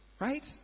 right